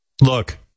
look